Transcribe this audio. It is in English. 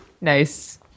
Nice